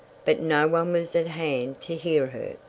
but no one was at hand to hear her.